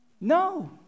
No